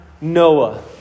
Noah